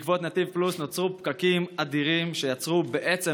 בעקבות נתיב פלוס נוצרו פקקים אדירים שיצרו בעצם,